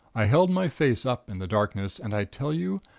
i held my face up in the darkness. and, i tell you,